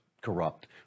corrupt